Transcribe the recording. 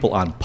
on